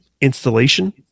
installation